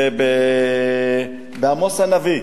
בעמוס הנביא.